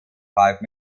five